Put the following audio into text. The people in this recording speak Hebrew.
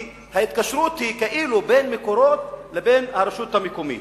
כי ההתקשרות היא כאילו בין "מקורות" לבין הרשות המקומית.